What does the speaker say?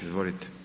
Izvolite.